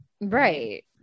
Right